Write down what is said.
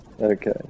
okay